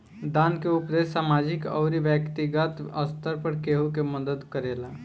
दान के उपदेस सामाजिक अउरी बैक्तिगत स्तर पर केहु के मदद करेला